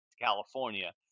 California